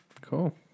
Cool